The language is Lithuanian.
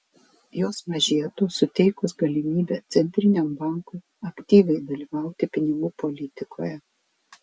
jos mažėtų suteikus galimybę centriniam bankui aktyviai dalyvauti pinigų politikoje